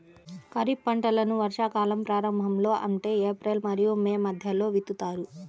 ఖరీఫ్ పంటలను వర్షాకాలం ప్రారంభంలో అంటే ఏప్రిల్ మరియు మే మధ్యలో విత్తుతారు